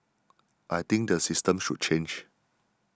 I think the system should change